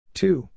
two